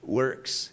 works